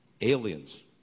aliens